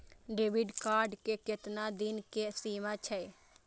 Debit card के केतना दिन के सीमा छै?